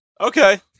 Okay